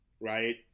right